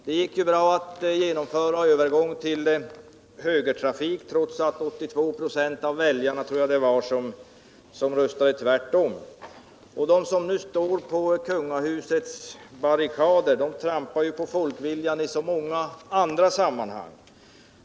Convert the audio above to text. Det gick bra att genomföra en övergång till högertrafik trots att 82 26 av väljarna var emot. De som nu står på kungahusets barrikader trampar ju på folkviljan i så många andra sammanhang.